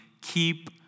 keep